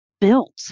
built